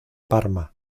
parma